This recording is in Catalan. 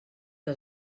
que